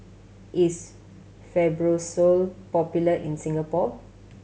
is Fibrosol popular in Singapore